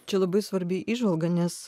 čia labai svarbi įžvalga nes